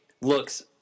looks